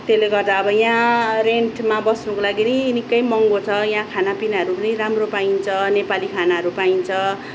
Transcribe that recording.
त्यसले गर्दा अब यहाँ रेन्टमा बस्नुकोलागि नि निक्कै महँगो छ यहाँ खानापिनाहरू पनि राम्रो पाइन्छ नेपाली खानाहरू पाइन्छ